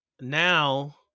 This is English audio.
now